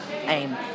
aim